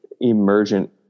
emergent